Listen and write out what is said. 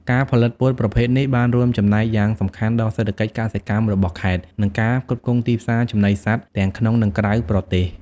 ការផលិតពោតប្រភេទនេះបានរួមចំណែកយ៉ាងសំខាន់ដល់សេដ្ឋកិច្ចកសិកម្មរបស់ខេត្ត និងការផ្គត់ផ្គង់ទីផ្សារចំណីសត្វទាំងក្នុង និងក្រៅប្រទេស។